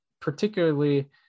particularly